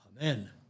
Amen